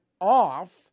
off